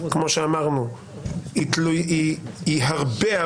כמו שאמרנו היא הרבה,